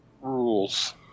rules